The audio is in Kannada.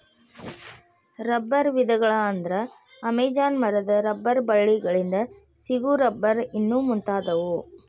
ರಬ್ಬರ ವಿಧಗಳ ಅಂದ್ರ ಅಮೇಜಾನ ಮರದ ರಬ್ಬರ ಬಳ್ಳಿ ಗಳಿಂದ ಸಿಗು ರಬ್ಬರ್ ಇನ್ನು ಮುಂತಾದವು